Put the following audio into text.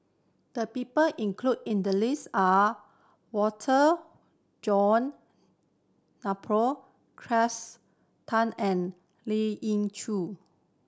the people included in the list are Walter John Napier Cleo Thang and Lien Ying Chow